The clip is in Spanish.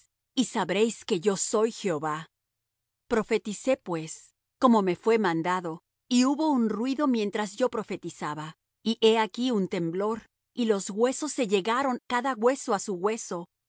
y sabréis que yo soy jehová profeticé pues como me fué mandado y hubo un ruido mientras yo profetizaba y he aquí un temblor y los huesos se llegaron cada hueso á su hueso